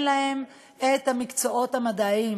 אין מקצועות מדעיים.